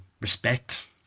respect